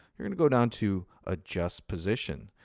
you're going to go down to adjust position.